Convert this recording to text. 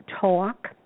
talk